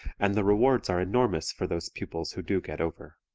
and the rewards are enormous for those pupils who do get over.